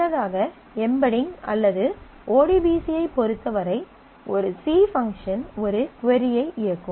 முன்னதாக எம்பெடிங் அல்லது ODBC ஐப் பொறுத்தவரை ஒரு சி பங்க்ஷன் ஒரு கொரி ஐ இயக்கும்